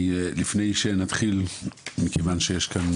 לפני שנתחיל, מכיוון שיש כאן